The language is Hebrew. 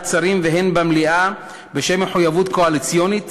שרים והן במליאה בשם מחויבות קואליציונית